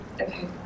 Okay